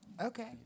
Okay